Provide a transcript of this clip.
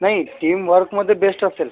नाही टीमव्हर्कमध्ये बेश्ट असेल